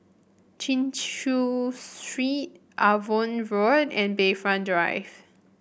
Chin Chew Street Avon Road and Bayfront Drive